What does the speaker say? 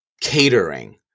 catering